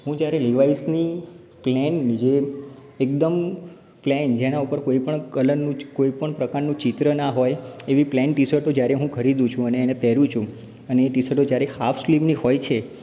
હું જ્યારે લીવાઇસની પ્લેન જે એકદમ પ્લેન જેનાં ઉપર કોઈપણ કલરનું જ કોઈપણ પ્રકારનું ચિત્ર ના હોય એવી પ્લેન ટી શર્ટો જ્યારે હું ખરીદુ છું અને એને પહેરું છું અને એ ટી શર્ટો જ્યારે હાફ સ્લીવની હોય છે